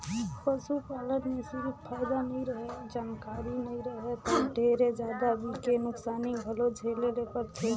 पसू पालन में सिरिफ फायदा नइ रहें, जानकारी नइ रही त ढेरे जादा बके नुकसानी घलो झेले ले परथे